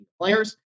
players